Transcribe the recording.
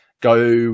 go